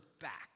back